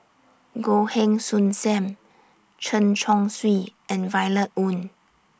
Goh Heng Soon SAM Chen Chong Swee and Violet Oon